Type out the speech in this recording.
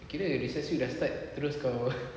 kira recess week dah start terus kau